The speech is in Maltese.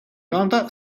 għandha